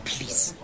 Please